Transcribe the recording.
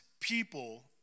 people